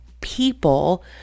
people